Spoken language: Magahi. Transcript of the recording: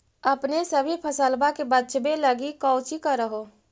अपने सभी फसलबा के बच्बे लगी कौची कर हो?